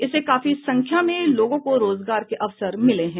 इसे काफी संख्या में लोगों को रोजगार के अवसर मिले हैं